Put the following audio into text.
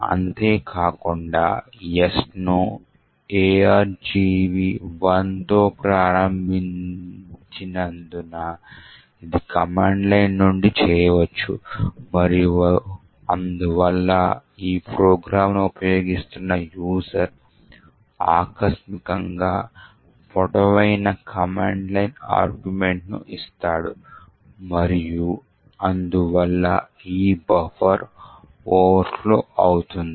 అంతేకాకుండా Sను argv1 తో ప్రారంభించినందున ఇది కమాండ్ లైన్ నుండి చేయవచ్చు మరియు అందువల్ల ఈ ప్రోగ్రామ్ను ఉపయోగిస్తున్న యూజర్ ఆకస్మికంగా పొడవైన కమాండ్ లైన్ ఆర్గ్యుమెంట్ను ఇస్తాడు మరియు అందువల్ల ఈ బఫర్ ఓవర్ ఫ్లో అవుతుంది